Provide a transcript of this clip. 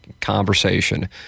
conversation